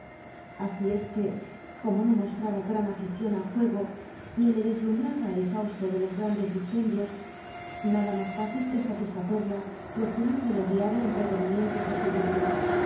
así es que como no mos traba gran afición al juego ni le deslumhraba el fausto de los grandes dispendios nada más fácil que satisfacerla procurándole a diario entreteni mientos de su gusto